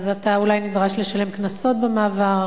אתה אולי נדרש לשלם קנסות במעבר,